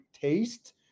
taste